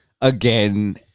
again